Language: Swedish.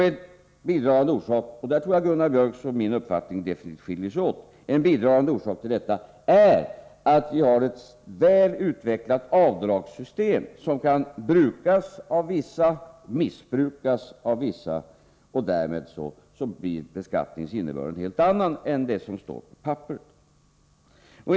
En bidragande orsak till detta — där tror jag att Gunnar Biörcks uppfattning och min uppfattning definitivt skiljer sig åt — är att vi har ett väl utvecklat avdragssystem som kan brukas av vissa och missbrukas av andra. Därmed blir beskattningens innebörd en helt annan än den som står på papperet.